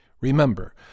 Remember